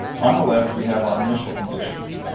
on the left we have our initial conditions.